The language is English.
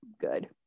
good